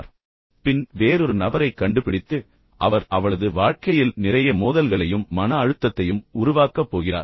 பின்னர் அவரை விட்டுவிட்டு வேறொரு நபரைக் கண்டுபிடித்து அந்த புதிய நபர் மீண்டும் அவரது வாழ்க்கையில் நிறைய மோதல்களையும் மன அழுத்தத்தையும் உருவாக்கப் போகிறார்